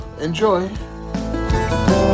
Enjoy